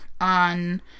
on